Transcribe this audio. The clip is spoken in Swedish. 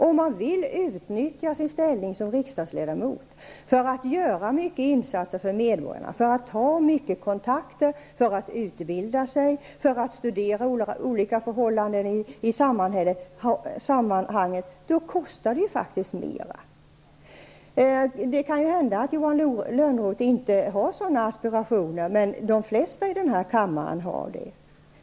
Om man vill utnyttja sin ställning som riksdagsledamot för att göra många insatser för medborgarna, för att ta många kontakter, för att utbilda sig och för att studera olika förhållanden, kostar det faktiskt mer. Det kan ju hända att Johan Lönnroth inte har sådana aspirationer, men de flesta i den här kammaren har det.